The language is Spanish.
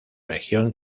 región